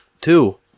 Two